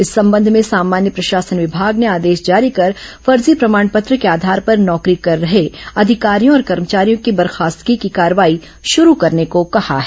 इस संबंध में सामान्य प्रशासन विभाग ने आदेश जारी कर फर्जी प्रमाण पत्र के आधार पर नौकरी कर रहे अधिकारियों और कर्मचारियों की बर्खास्तगी की कार्रवाई शुरू करने को कहा है